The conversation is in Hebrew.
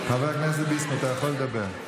חבר הכנסת ביסמוט, אתה יכול לדבר.